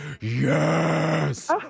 yes